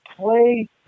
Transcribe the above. play